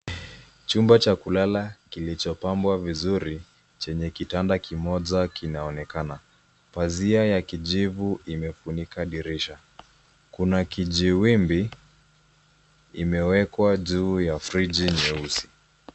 Chumba cha kulala kilichopambwa vizuri chenye kitanda kimoja kinaonekana. Pazia ya kijivu imefunika dirisha. Kuna kijiwimbi imewekwa juu ya friji nyeusi.